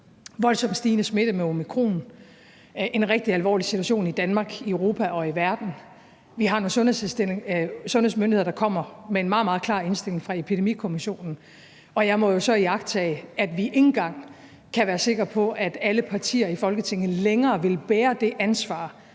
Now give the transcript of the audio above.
voldsomt stigende smitte med omikron, det er en rigtig alvorlig situation i Danmark, i Europa og i verden. Vi har nogle sundhedsmyndigheder, der kommer med en meget, meget klar indstilling fra Epidemikommissionen, og jeg må så iagttage, at vi ikke engang kan være sikre på, at alle partier i Folketinget længere vil bære det ansvar